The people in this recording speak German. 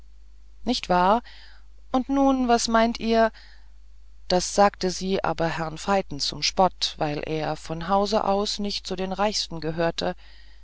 nicht wahr und nun was meint ihr das sagte sie aber herrn veiten zum spott weil er von hause aus nicht zu den reichsten gehörte